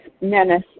menace